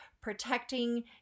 protecting